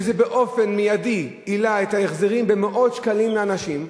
שזה באופן מיידי העלה את ההחזרים במאות שקלים לאנשים.